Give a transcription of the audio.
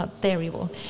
Terrible